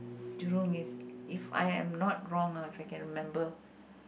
Jurong-East if I am not wrong ah if I can remember